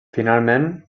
finalment